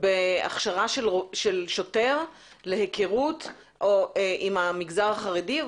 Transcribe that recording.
בהכשרת שוטר להיכרות עם המגזר החרדי?